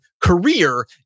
career